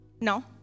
no